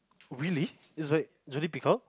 really is like J D Peacock